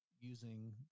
using